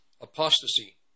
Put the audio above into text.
Apostasy